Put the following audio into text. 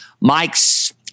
Mike's